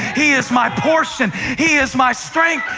he is my portion. he is my strength.